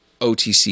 OTC